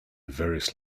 various